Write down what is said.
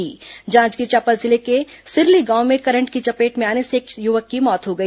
जांजगीर चांपा जिले के सिरली गांव में करंट की चपेट में आने से एक युवक की मौत हो गई